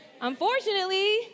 Unfortunately